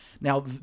Now